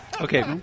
Okay